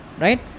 right